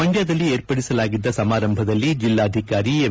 ಮಂಡ್ಕದಲ್ಲಿ ಏರ್ಪಡಿಸಲಾಗಿದ್ದ ಸಮಾರಂಭದಲ್ಲಿ ಜಿಲ್ಲಾಧಿಕಾರಿ ಎಂ